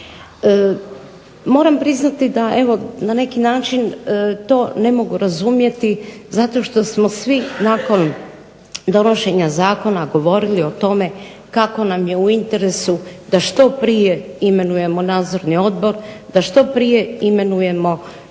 Moram priznati da evo na neki način to ne mogu razumjeti zato što smo svi nakon donošenja zakona govorili o tome kako nam je u interesu da što prije imenujemo Nadzorni odbor, da što prije imenujemo